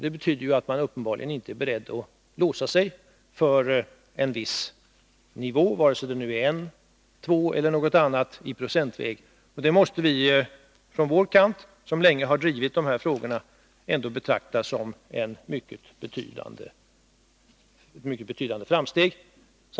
Det betyder ju att man uppenbarligen inte är beredd att låsa sig för en viss nivå, vare sig det är fråga om 1, 2 eller någon annan procent. Det måste vi, som länge har drivit dessa frågor, ändå betrakta såsom ett mycket betydande framsteg.